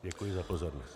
Děkuji za pozornost.